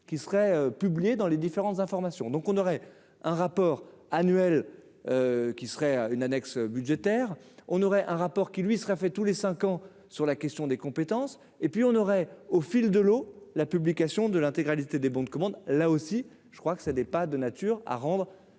qui serait publié dans les différentes informations donc on aurait un rapport annuel qui serait une annexe budgétaire on aurait un rapport qui lui sera fait tous les 5 ans sur la question des compétences et puis on aurait au fil de l'eau, la publication de l'intégralité des bons de commande, là aussi, je crois que ça n'est pas de nature à rendre